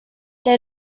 they